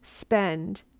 spend